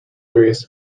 various